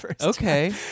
Okay